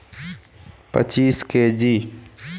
एक हेक्टेयर गेहूँ की खेत में कितनी यूरिया डालनी चाहिए?